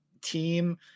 team